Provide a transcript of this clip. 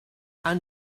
and